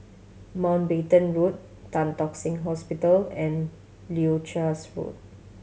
Mountbatten Road Tan Tock Seng Hospital and Leuchars Road